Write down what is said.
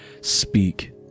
Speak